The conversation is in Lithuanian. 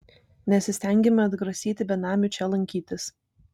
nesistengiame atgrasyti benamių čia lankytis